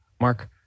Mark